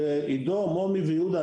עידו מומי ויהודה,